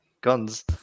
guns